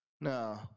No